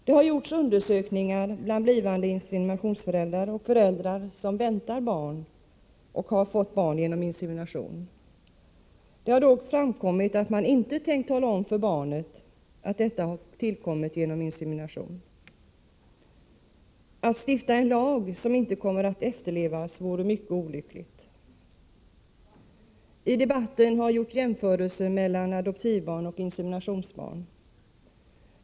Det har gjorts undersökningar bland blivande inseminationsföräldrar och bland föräldrar som fått och som väntar barn genom insemination. Det har då framkommit att de inte tänker tala om för barnet att det tillkommit genom insemination. Att stifta en lag som inte kommer att efterlevas vore mycket olyckligt. I debatten har gjorts jämförelser mellan adoptivbarn och inseminationsbarn.